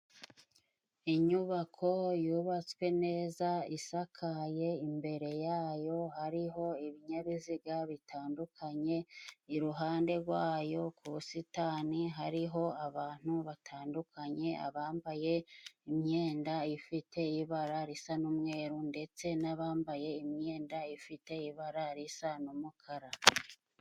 Inyubako yubatswe neza isakaye, imbere yayo hariho ibinyabiziga bitandukanye, iruhande rwayo ku busitani hariho abantu batandukanye: abambaye imyenda ifite ibara risa n'umweru ndetse n'abambaye imyenda ifite ibara risa n'umukara.